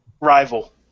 Rival